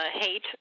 hate